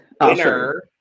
Winner